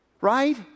right